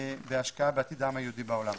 וההשקעה בעתיד העם היהודי בעולם.